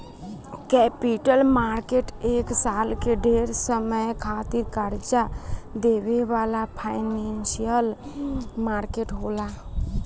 capital market एक साल से ढेर समय खातिर कर्जा देवे वाला फाइनेंशियल मार्केट होला